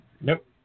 Nope